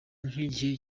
nk’igihe